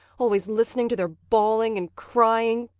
always listening to their bawling and crying,